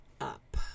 up